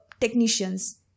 technicians